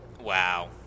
Wow